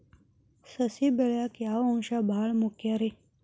ಸಸಿ ಬೆಳೆಯಾಕ್ ಯಾವ ಅಂಶ ಭಾಳ ಮುಖ್ಯ ರೇ?